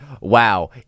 wow